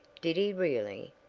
did he really?